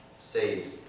saves